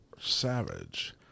Savage